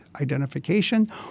identification